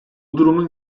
durumun